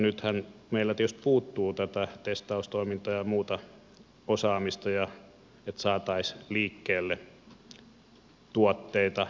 nythän meiltä tietysti puuttuu tätä testaustoimintaa ja muuta osaamista että saataisiin liikkeelle tuotteita enemmän